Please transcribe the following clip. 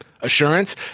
assurance